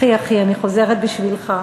הכי אחי, אני חוזרת בשבילך.